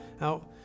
Now